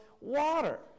water